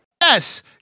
yes